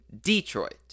Detroit